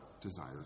desires